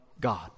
God